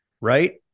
right